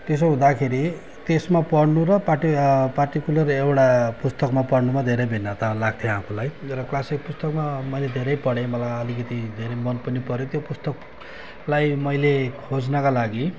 त्यसो हुँदाखेरि त्यसमा पढ्नु र पाठ्य पार्टिकुलर एउटा पुस्तकमा पढ्नुमा धेरै भिन्नता लाग्थ्यो आफूलाई तर क्लासिक पुस्तकमा मैले धेरै पढेँ मलाई अलिकति धेरै मन पनि पऱ्यो त्यो पुस्तकलाई मैले खोज्नका लागि